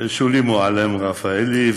שולי מועלם-רפאלי,